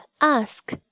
ask